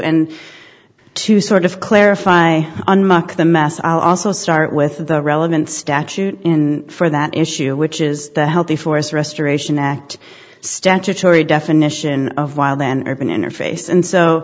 and to sort of clarify on mock the mass i'll also start with the relevant statute in for that issue which is the healthy forest restoration act statutory definition of wild then urban interface and so